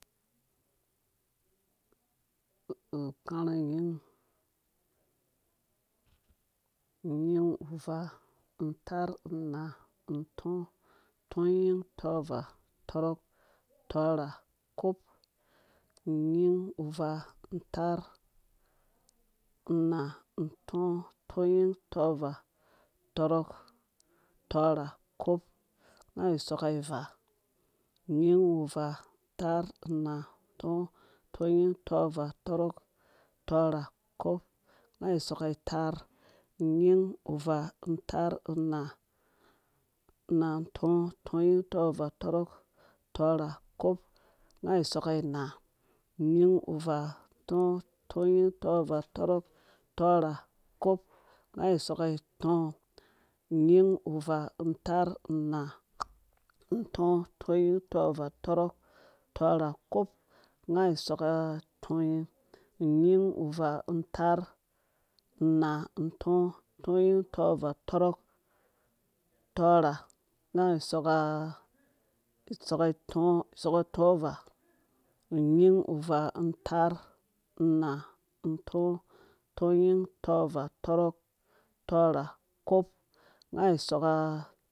unyin uvaa taar unaa untɔɔ tɔnyin tɔvaa tɔrɔk tɔrha kop unyin uvaa taar unaa untɔɔ tɔnyin tɔvaa tɔrɔk tɔrha kop nga awu soka ivva unyin uvaa taar unaa untɔɔ tɔnyin tɔvaa tɔrɔk tɔrha kop nga awu soka itaar unyin uvaa taar unaa untɔɔ tɔnyin tɔvaa tɔrɔk tɔrha kok nga awu soka ina unyin uvaa taar unaa untɔɔ tɔnyin tɔvaa tɔrɔk tɔrha kop nga awu soka itɔɔ unyin uvaa taar unaa untɔɔ tɔnyin tɔvaa tɔrɔk tɔrha kop anga awu isoka tɔnyin unyin uvaa taar unaa untɔɔ tɔnyin tɔvaa tɔrɔk tɔrha nga awu soka tɔvaa unyin uvaa taar unaa untɔɔ tɔnyin tɔvaa tɔrɔk tɔrha kop nga awu